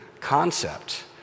concept